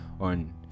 on